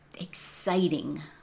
exciting